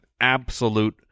absolute